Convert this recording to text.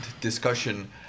discussion